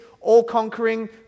all-conquering